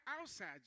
outside